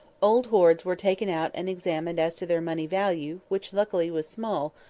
old hoards were taken out and examined as to their money value which luckily was small,